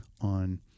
on